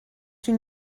une